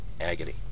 agony